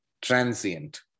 transient